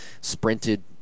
sprinted